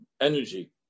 energy